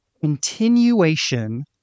continuation